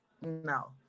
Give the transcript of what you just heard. no